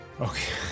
Okay